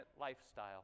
lifestyle